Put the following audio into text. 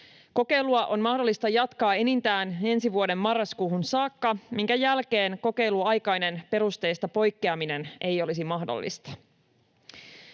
Kokeilua on mahdollista jatkaa enintään ensi vuoden marraskuuhun saakka, minkä jälkeen kokeilunaikainen perusteista poikkeaminen ei olisi mahdollista.